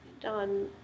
done